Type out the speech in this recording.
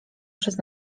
przez